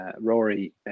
Rory